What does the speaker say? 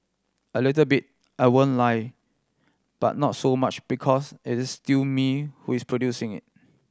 a little bit I won't lie but not so much because it is still me who is producing it